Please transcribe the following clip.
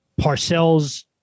Parcells